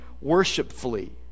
worshipfully